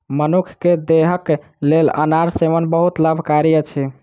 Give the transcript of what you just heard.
मनुख के देहक लेल अनार सेवन बहुत लाभकारी अछि